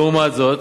לעומת זאת,